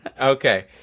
Okay